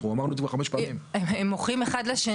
אנחנו אמרנו את זה כבר חמש פעמים הם מוכרים אחד לשני.